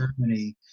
Germany